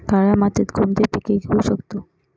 काळ्या मातीत कोणती पिके घेऊ शकतो?